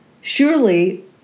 Surely